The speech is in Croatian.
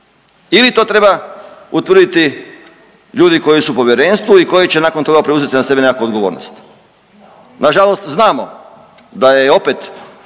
ili to treba utvrditi ljudi koji su u povjerenstvu i koji će nakon toga preuzeti na sebe nekakvu odgovornost. Na žalost znamo da je opet